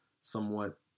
somewhat